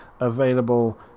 available